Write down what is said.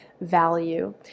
value